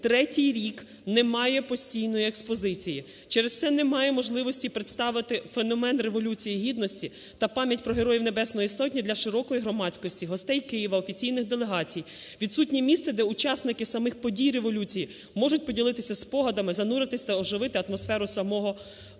третій рік не має постійної експозиції, через це не має можливості представити феномен Революції Гідності та пам'ять про Героїв Небесної Сотні для широкої громадськості, гостей Києва, офіційних делегацій. Відсутнє місце, де учасники самих подій революції можуть поділитися спогадами, зануритись та оживити атмосферу самого Майдану.